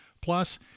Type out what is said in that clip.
Plus